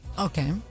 Okay